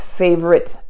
favorite